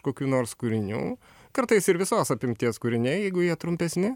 kokių nors kūrinių kartais ir visos apimties kūriniai jeigu jie trumpesni